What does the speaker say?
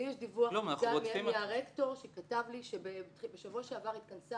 לי יש דיווח מהרקטור שכתב לי שבשבוע שעבר התכנסה